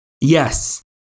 Yes